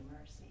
mercy